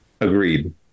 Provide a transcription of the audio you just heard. agreed